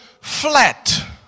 flat